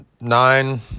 nine